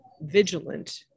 vigilant